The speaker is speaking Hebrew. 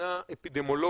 מבחינה אפידמיולוגית,